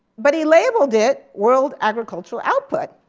but he labeled it world agricultural output.